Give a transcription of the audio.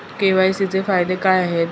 KYC चे फायदे काय आहेत?